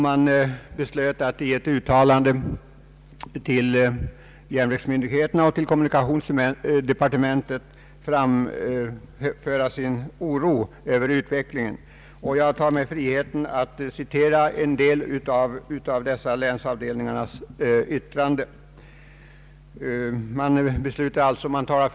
Man beslöt då att i ett uttalande till järnvägsmyndigheterna och till kommunikationsdepartementet framföra sin oro över utvecklingen. Jag tar mig friheten att citera en del av yttrandet från dessa länsavdelningar.